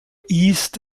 east